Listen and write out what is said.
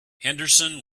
henderson